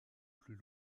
plus